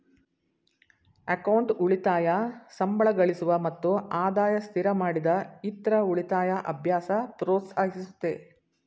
account ಉಳಿತಾಯ ಸಂಬಳಗಳಿಸುವ ಮತ್ತು ಆದಾಯ ಸ್ಥಿರಮಾಡಿದ ಇತ್ರ ಉಳಿತಾಯ ಅಭ್ಯಾಸ ಪ್ರೋತ್ಸಾಹಿಸುತ್ತೆ